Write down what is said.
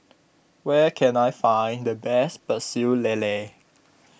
where can I find the best Pecel Lele